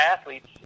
athletes